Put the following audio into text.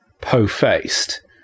po-faced